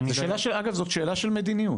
אגב, זאת שאלה של מדיניות.